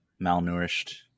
malnourished